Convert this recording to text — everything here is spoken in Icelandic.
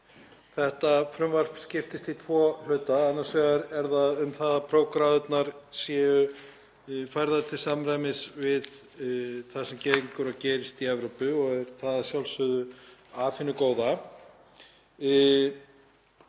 þetta frumvarp skiptist í tvo hluta. Annars vegar er það um að prófgráðurnar séu færðar til samræmis við það sem gengur og gerist í Evrópu og er það að sjálfsögðu af hinu góða.